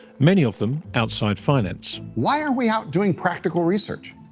many of them outside finance. why are we out doing practical research?